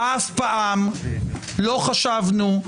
-- אף פעם לא חשבנו,